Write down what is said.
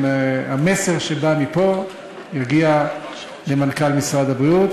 המסר שבא מפה יגיע למנכ"ל משרד הבריאות,